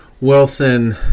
Wilson